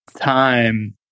time